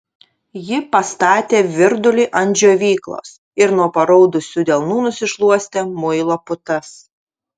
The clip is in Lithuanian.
ji pastatė virdulį ant džiovyklos ir nuo paraudusių delnų nusišluostė muilo putas